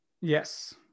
Yes